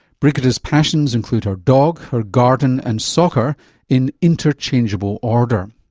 brigitte's passions include her dog, her garden and soccer in interchangeable order.